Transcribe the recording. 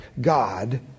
God